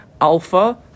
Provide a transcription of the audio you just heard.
alpha